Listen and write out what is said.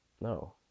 No